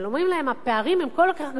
אבל אומרים להם: הפערים הם כל כך גדולים.